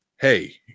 hey